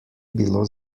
bilo